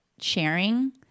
sharing